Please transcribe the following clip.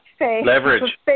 leverage